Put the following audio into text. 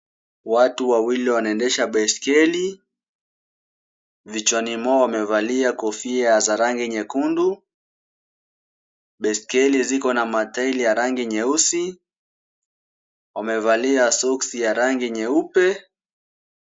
Watu wawili wanaendesha baiskeli. Vichwani mwao wamevali kofia za rangi nyekundu. Baiskeli ziko mataili ya rangi nyeusi. Wamevalia soksi ya rangi nyeupe.